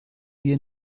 wir